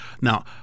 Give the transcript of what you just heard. Now